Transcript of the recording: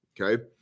Okay